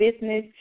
business